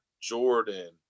Jordan